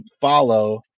follow